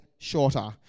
shorter